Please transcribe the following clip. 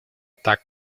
так